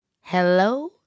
Hello